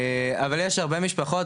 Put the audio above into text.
אבל יש הרבה משפחות,